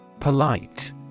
Polite